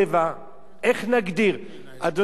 אדוני שר המשפטים, אני משאיר לך את העבודה.